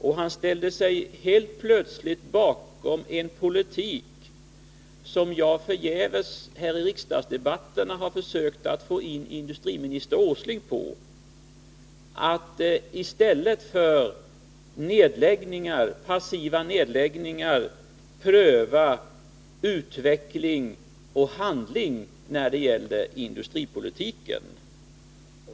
Och han ställde sig helt plötsligt bakom en politik som jag förgäves här i riksdagsdebatterna har försökt få in industriministern på — att i stället för passiva nedläggningar pröva utveckling och handling när det gäller industripolitiken.